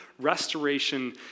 restoration